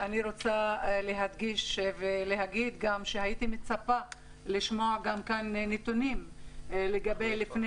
אני רוצה להדגיש שהייתי מצפה לשמוע כאן נתונים לפני